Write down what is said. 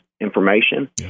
information